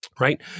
right